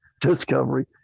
Discovery